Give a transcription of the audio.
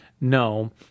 no